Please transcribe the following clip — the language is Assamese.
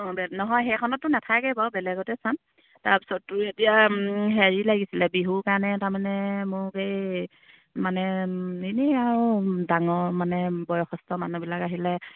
অঁ নহয় সেইখনততো নাথাকে বাৰু বেলেগতে চাম তাৰপিছতো এতিয়া হেৰি লাগিছিলে বিহুৰ কাৰণে তাৰমানে মোক এই মানে এনেই আৰু ডাঙৰ মানে বয়সস্থ মানুহবিলাক আহিলে